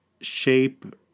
shape